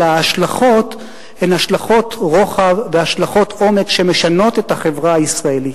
אלא ההשלכות הן השלכות רוחב והשלכות עומק שמשנות את החברה הישראלית.